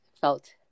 felt